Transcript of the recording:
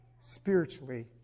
spiritually